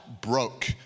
broke